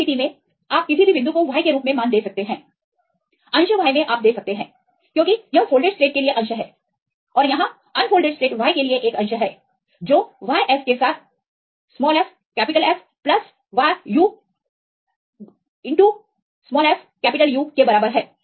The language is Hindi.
इस स्थिति में आप किसी भी बिंदु को y के रूप में मान दे सकते हैं अंश y में आप दे सकते हैं क्योंकि यह फोल्डेड स्टेट के लिए अंश है और यहाँ अनफोल्डेड स्टेट y के लिए एक अंश है जो y f के साथ fF yu fU के बराबर है